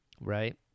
Right